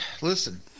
listen